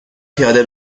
پیاده